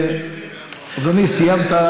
תביא.